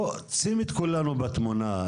שים את כולנו בתמונה.